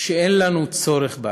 שאין לנו צורך בה.